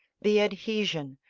the adhesion,